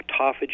autophagy